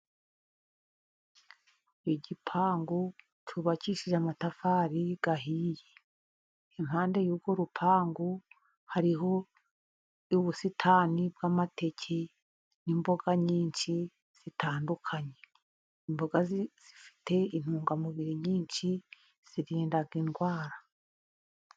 Igipangu cyubakishije amatafari ahiye, impande y'urwo rupangu hariho ubusitani bw'amateke n'imboga nyinshi zitandukanye, imboga zifite intungamubiri nyinshi zirinda indwara.